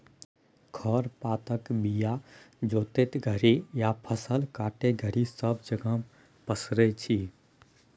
खर पातक बीया जोतय घरी या फसल काटय घरी सब जगह पसरै छी